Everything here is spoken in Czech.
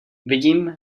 vidím